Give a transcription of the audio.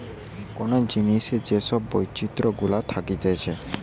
যে কোন জিনিসের যে সব বৈচিত্র গুলা থাকতিছে